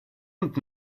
und